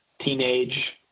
teenage